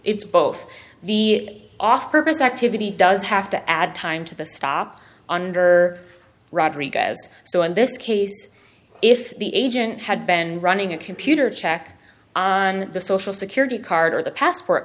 it's both the office activity does have to add time to the stop under rodriguez so in this case if the agent had been running a computer check on the social security card or the passport